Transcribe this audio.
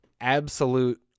Absolute